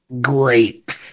Great